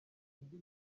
undi